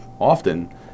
often